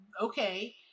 okay